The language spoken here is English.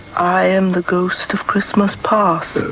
i am the ghost of christmas past.